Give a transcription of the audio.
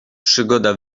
przygoda